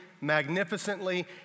magnificently